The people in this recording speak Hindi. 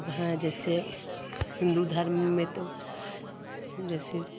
सब है जैसे हिंदू धर्म में तो जैसे